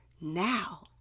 now